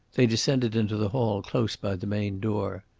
they descended into the hall close by the main door.